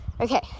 Okay